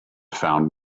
found